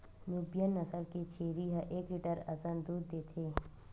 Nubian नसल के छेरी ह एक लीटर असन दूद देथे